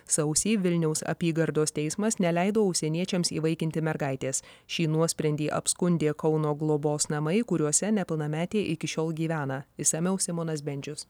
sausį vilniaus apygardos teismas neleido užsieniečiams įvaikinti mergaitės šį nuosprendį apskundė kauno globos namai kuriuose nepilnametė iki šiol gyvena išsamiau simonas bendžius